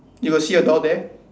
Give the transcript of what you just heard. you got see a door there